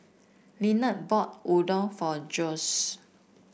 Linette bought Udon for Josue